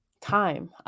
time